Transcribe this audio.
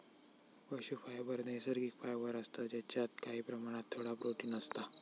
पशू फायबर नैसर्गिक फायबर असता जेच्यात काही प्रमाणात थोडा प्रोटिन असता